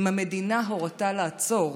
אם המדינה הורתה לעצור,